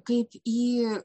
kaip į